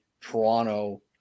Toronto